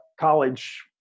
college